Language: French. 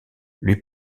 lui